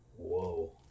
Whoa